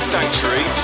Sanctuary